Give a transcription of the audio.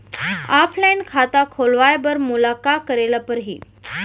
Offline खाता खोलवाय बर मोला का करे ल परही?